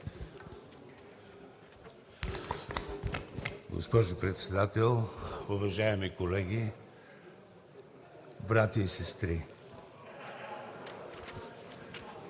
Госпожо Председател, уважаеми колеги, братя и сестри!